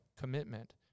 commitment